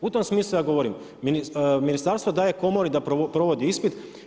U tom smislu ja govorim, Ministarstvo daje komori da provodi ispit.